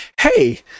hey